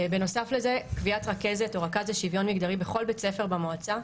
בנוסף לזה קביעת רכזת או רכז לשוויון מגדרי בכל בית ספר במועצה,